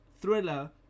thriller